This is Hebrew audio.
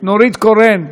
נורית קורן?